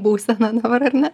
būsena dabar ar ne